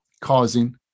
causing